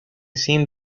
seemed